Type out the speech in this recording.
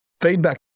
feedback